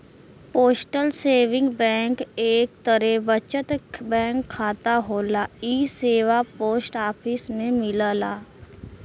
postal saving bank एक तरे बचत बैंक खाता होला इ सेवा पोस्ट ऑफिस में मिलला